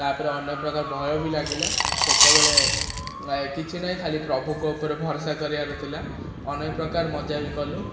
ତା'ପରେ ଅନେକ ପ୍ରକାର ଭୟ ବି ଲାଗିଲା ସେତେବେଳେ କିଛି ନାହିଁ ଖାଲି ପ୍ରଭୁଙ୍କ ଉପରେ ଭରସା କରିବାର ଥିଲା ଅନେକ ପ୍ରକାର ମଜା ବି କଲୁ